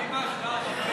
מה עם ההשוואה של בנט?